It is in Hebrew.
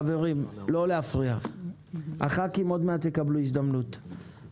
חברי הכנסת יקבלו עוד מעט הזדמנות לדבר.